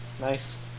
Nice